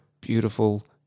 beautiful